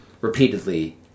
repeatedly